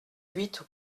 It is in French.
huit